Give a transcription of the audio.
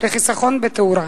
לחיסכון בתאורה?